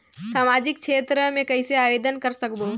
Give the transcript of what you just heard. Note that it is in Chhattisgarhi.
समाजिक क्षेत्र मे कइसे आवेदन कर सकबो?